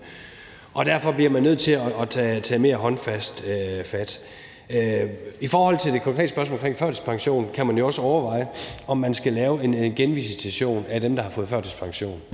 og derfor bliver man nødt til at tage mere håndfast fat. I forhold til det konkrete spørgsmål om førtidspension kan man jo også overveje, om man skal lave en genvisitation af dem, der har fået førtidspension.